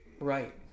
Right